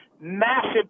massive